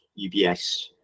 UBS